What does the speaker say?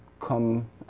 come